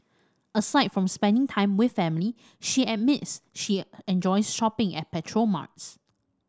aside from spending time with family she admits she enjoys shopping at petrol marts